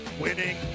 winning